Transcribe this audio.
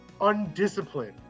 undisciplined